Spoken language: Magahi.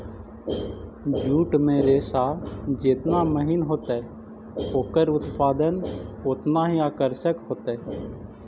जूट के रेशा जेतना महीन होतई, ओकरा उत्पाद उतनऽही आकर्षक होतई